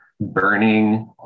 burning